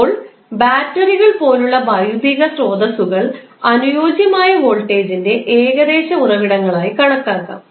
ഇപ്പോൾ ബാറ്ററികൾ പോലുള്ള ഭൌതിക സ്രോതസ്സുകൾ അനുയോജ്യമായ വോൾട്ടേജിന്റെ ഏകദേശ ഉറവിടങ്ങൾ ആയി കണക്കാക്കാം